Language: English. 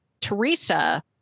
Teresa